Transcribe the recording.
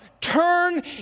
Turn